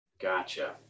gotcha